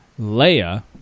Leia